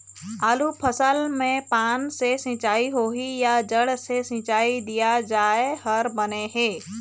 आलू फसल मे पान से सिचाई होही या जड़ से सिचाई दिया जाय हर बने हे?